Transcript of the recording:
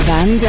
Van